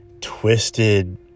twisted